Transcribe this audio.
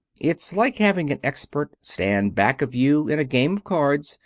it's like having an expert stand back of you in a game of cards,